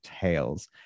Tales